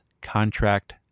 contract